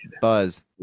Buzz